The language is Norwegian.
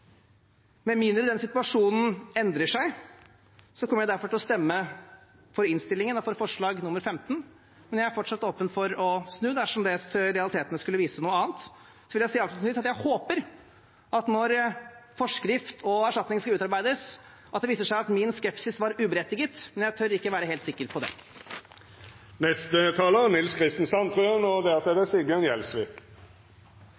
Med mindre den situasjonen endrer seg, kommer jeg derfor til å stemme for innstillingen og for forslag nr. 15 – men jeg er fortsatt åpen for å snu dersom realitetene skulle vise noe annet. Jeg vil avslutningsvis si at jeg håper at det når forskrift og erstatning skal utarbeides, viser seg at min skepsis var uberettiget, men jeg tør ikke være helt sikker på det. Det er bekymringsfullt at Norges lovgivende forsamling har så lite prinsipielle tanker om nettopp lovgivning, for det